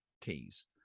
keys